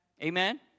Amen